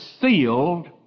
sealed